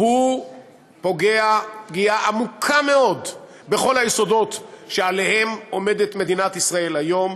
פוגע פגיעה עמוקה מאוד בכל היסודות שעליהם עומדת מדינת ישראל היום,